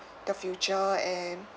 the future and